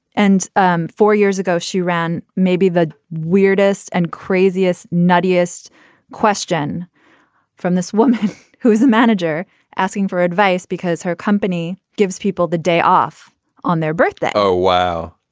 and um four years ago, she ran. maybe the weirdest and craziest, nuttiest question from this woman who is a manager asking for advice because her company gives people the day off on their birthday. oh, wow.